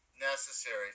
necessary